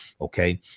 Okay